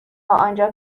آنجا